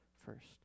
First